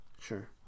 Sure